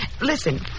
Listen